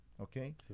Okay